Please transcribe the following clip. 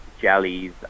jellies